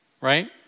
Right